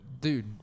dude